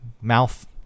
Mouth